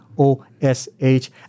O-S-H